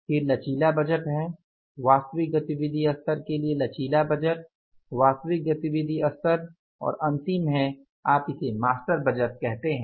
फिर लचीला बजट है वास्तविक गतिविधि स्तर के लिए लचीला बजट वास्तविक गतिविधि स्तर और अंतिम है आप इसे मास्टर बजट कहते हैं